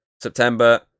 September